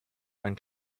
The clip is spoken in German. einem